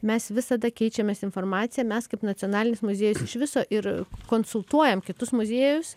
mes visada keičiamės informacija mes kaip nacionalinis muziejus iš viso ir konsultuojam kitus muziejus